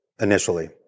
initially